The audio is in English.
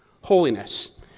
Holiness